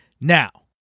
Now